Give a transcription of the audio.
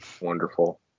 wonderful